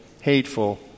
hateful